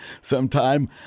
sometime